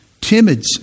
timid